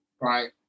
Right